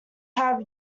have